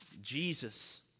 Jesus